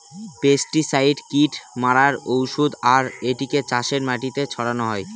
pesticide কীট মারার ঔষধ আর এটিকে চাষের মাটিতে ছড়ানো হয়